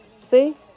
See